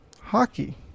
hockey